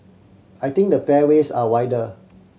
I think the fairways are wider